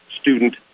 student